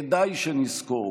כדאי שנזכור